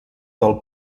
del